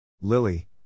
Lily